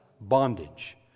Bondage